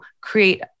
create